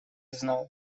знал